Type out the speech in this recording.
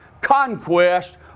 conquest